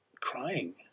crying